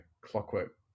clockwork